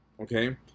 Okay